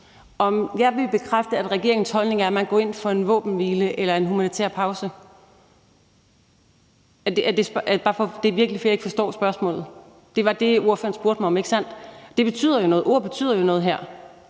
om jeg vil bekræfte, at regeringens holdning er, at man går ind for en våbenhvile eller en humanitær pause? Er det spørgsmålet? Det er virkelig, fordi jeg ikke forstår spørgsmålet. Det var det, ordføreren spurgte om, ikke sandt? Ord betyder jo noget her.